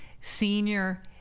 senior